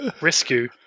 rescue